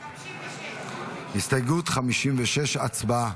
56. הסתייגות 56, הצבעה.